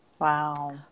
Wow